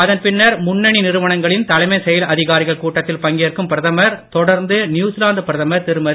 அதன் பின்னர் முன்னணி நிறுவனங்களின் தலைமை செயல் அதிகாரிகள் கூட்டத்தில் பங்கேற்கும் பிரதமர் தொடர்ந்து நியுசிலாந்து பிரதமர் திருமதி